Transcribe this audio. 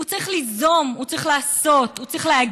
הוא צריך ליזום, הוא צריך לעשות, הוא צריך להגיב,